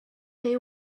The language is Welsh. chi